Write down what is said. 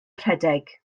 rhedeg